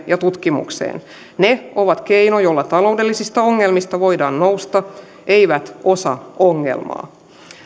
ja tutkimukseen ne ovat keino jolla taloudellisista ongelmista voidaan nousta eivät osa ongelmaa